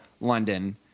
London